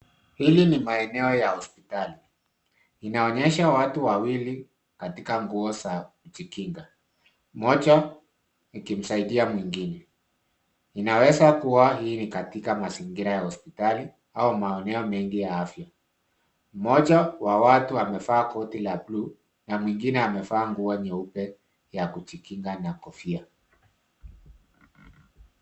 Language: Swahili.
Hili ni maeneo ya hospitali, inaonyesha watu wawili katika nguo za kujikinga, mmoja akimsaidia mwingine. Inaweza kuwa hii ni katika mazingira ya hospitali au maeneo mengi ya afya. Mmoja wa watu amevaa koti la bluu na mwingine amevaa nguo nyeupe ya kujikinga na kofia.